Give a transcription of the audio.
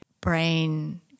brain